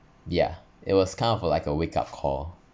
yeah it was kind of like a wake up call